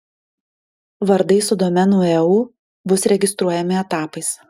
vardai su domenu eu bus registruojami etapais